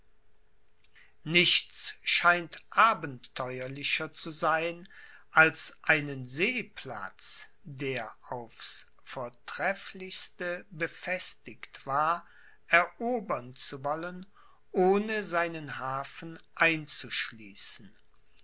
nichts scheint abenteuerlicher zu sein als einen seeplatz der aufs vortrefflichste befestigt war erobern zu wollen ohne seinen hafen